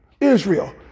Israel